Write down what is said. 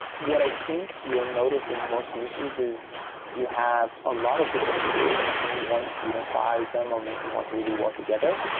what i think you'll notice is and most industries is you have a lot of different tools and you want to unify them or make them work really well together.